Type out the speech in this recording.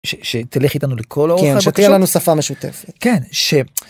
שתלך איתנו לכל אורך ... כן שתהיה לנו שפה משותפת כן.